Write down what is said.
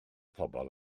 pobl